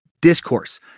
discourse